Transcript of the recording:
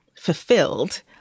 fulfilled